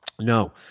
No